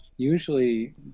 usually